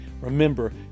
remember